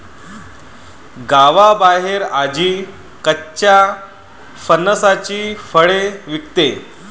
गावाबाहेर आजी कच्च्या फणसाची फळे विकते